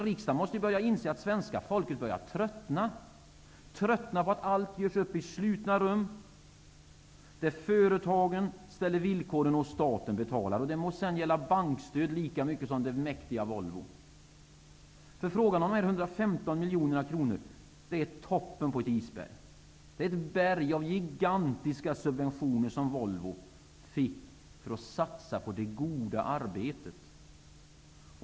Riksdagen måste inse att svenska folket börjar tröttna; tröttna på att allt görs upp i slutna rum, där företagen ställer villkoren och staten betalar. Det må sedan gälla bankstöd eller det mäktiga Volvo. Frågan om de 115 miljoner kronorna är toppen på ett isberg. Det är ett berg av gigantiska subventioner som Volvo fick för att satsa på det goda arbetet.